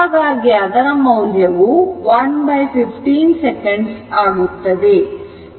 ಹಾಗಾಗಿ ಅದರ ಮೌಲ್ಯವು 115 second ಆಗುತ್ತದೆ